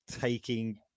taking